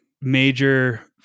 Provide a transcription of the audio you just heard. major